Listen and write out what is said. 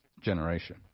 generation